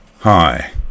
Hi